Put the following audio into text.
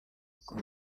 kuba